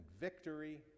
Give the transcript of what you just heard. victory